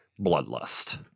bloodlust